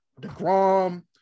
DeGrom